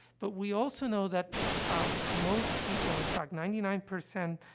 but we also know that most people in fact, ninety nine percent ah,